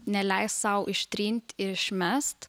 neleis sau ištrint ir išmest